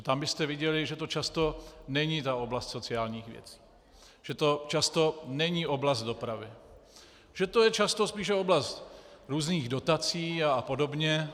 Tam byste viděli, že to často není oblast sociálních věcí, že to často není oblast dopravy, že to je často spíše oblast různých dotací a podobně.